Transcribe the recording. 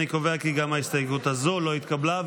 אני קובע כי גם ההסתייגות הזו לא התקבלה.